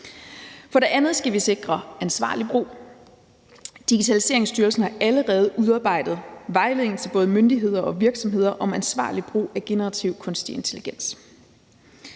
For det andet skal vi sikre ansvarlig brug. Digitaliseringsstyrelsen har allerede udarbejdet en vejledning til både myndigheder og virksomheder om ansvarlig brug af generativ kunstig intelligens.